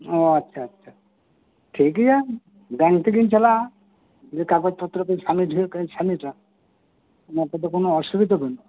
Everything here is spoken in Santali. ᱚ ᱟᱪᱪᱷᱟ ᱟᱪᱪᱷᱟ ᱴᱷᱤᱠ ᱜᱮᱭᱟ ᱵᱮᱝᱠ ᱛᱮᱜᱮᱤᱧ ᱪᱟᱞᱟᱜᱼᱟ ᱡᱮ ᱠᱟᱜᱚᱡ ᱯᱚᱛᱨᱚ ᱠᱚ ᱥᱟᱵᱢᱤᱴ ᱦᱩᱭᱩᱜ ᱠᱷᱟᱡ ᱤᱧ ᱥᱟᱵᱢᱤᱴᱟ ᱚᱱᱟ ᱛᱮᱫᱚ ᱠᱚᱱᱳ ᱚᱥᱩᱵᱤᱛᱟ ᱵᱟ ᱱᱩᱜᱼᱟ